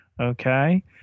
okay